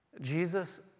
Jesus